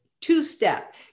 two-step